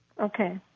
Okay